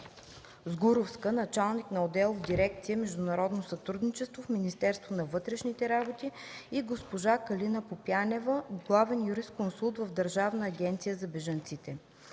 Сгуровска – началник на отдел в дирекция „Международно сътрудничество” в Министерството на вътрешните работи, и госпожа Калина Попянева – главен юрисконсулт в Държавната агенция за бежанците.